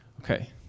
Okay